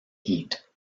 heat